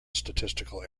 statistical